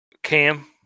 Cam